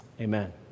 amen